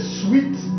sweet